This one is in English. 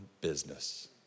business